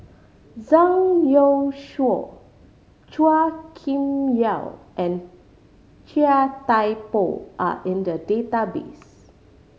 Zhang Youshuo Chua Kim Yeow and Chia Thye Poh are in the database